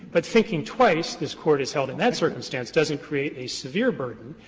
but thinking twice this court has held in that circumstance doesn't create a severe burden,